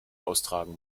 austragen